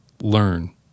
Learn